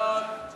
כהצעת הוועדה